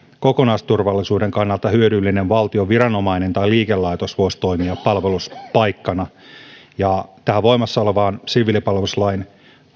kokonaisturvallisuuden kannalta hyödyllinen valtion viranomainen tai liikelaitos voisi toimia palveluspaikkana tähän voimassa olevaan siviilipalveluslain